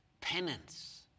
penance